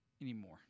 anymore